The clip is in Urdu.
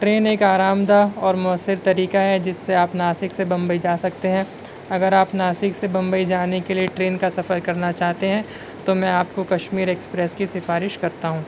ٹرین ایک آرام دہ اور مؤثر طریقہ ہے جس سے آپ ناسک سے بمبئی جا سکتے ہیں اگر آپ ناسک سے بمبئی جانے کے لئے ٹرین کا سفرکرنا چاہتے ہیں تو میں آپ کو کشمیر ایکسپریس کی سِفارش کرتا ہوں